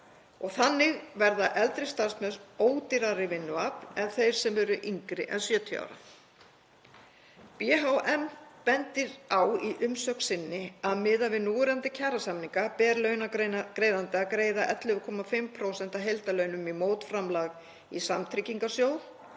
og þannig verða eldri starfsmenn ódýrara vinnuafl en þeir sem eru yngri en 70 ára. BHM bendir á í umsögn sinni að miðað við núverandi kjarasamninga ber launagreiðanda að greiða 11,5% af heildarlaunum í mótframlag í samtryggingarsjóð